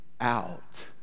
out